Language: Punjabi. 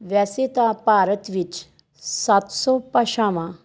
ਵੈਸੇ ਤਾਂ ਭਾਰਤ ਵਿੱਚ ਸੱਤ ਸੌ ਭਾਸ਼ਾਵਾਂ